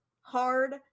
Hard